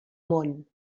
món